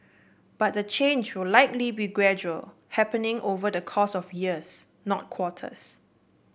but the change will likely be gradual happening over the course of years not quarters